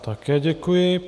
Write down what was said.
Také děkuji.